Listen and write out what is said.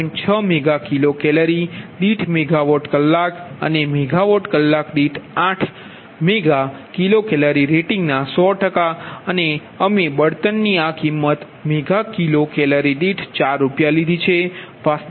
6 mega kilo calorie દીઠ megawatt કલાક અને મેગા વોટ કલાક દીઠ 8 મેગા કિલો કેલરી રેટિંગના 100 અને અમે બળતણની આ કિંમત મેગા કિલો કેલરી દીઠ 4 રૂપિયા લીધી છે